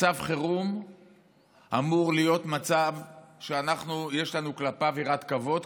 מצב חירום אמור להיות מצב שיש לנו כלפיו יראת כבוד,